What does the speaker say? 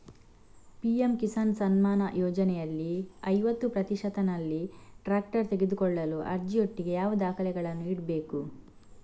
PM Kisan Samman ಯೋಜನೆಯಲ್ಲಿ ಐವತ್ತು ಪ್ರತಿಶತನಲ್ಲಿ ಟ್ರ್ಯಾಕ್ಟರ್ ತೆಕೊಳ್ಳಲು ಅರ್ಜಿಯೊಟ್ಟಿಗೆ ಯಾವ ದಾಖಲೆಗಳನ್ನು ಇಡ್ಬೇಕು?